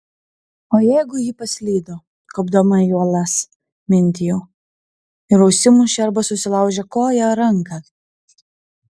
o jeigu ji paslydo kopdama į uolas mintijau ir užsimušė arba susilaužė koją ar ranką